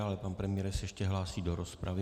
Ale pan premiér se ještě hlásí do rozpravy.